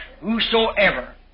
Whosoever